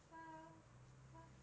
加油 !huh!